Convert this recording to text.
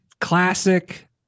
classic